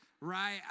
right